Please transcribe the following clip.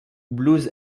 blues